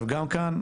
גם כאן,